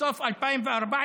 בסוף 2014